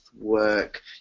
work